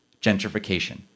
gentrification